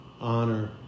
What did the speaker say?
honor